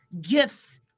gifts